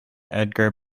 edgar